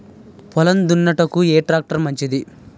పొలం దున్నుటకు ఏ ట్రాక్టర్ మంచిది?